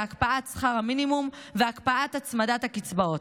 להקפאת שכר המינימום והקפאת הצמדת הקצבאות.